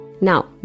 Now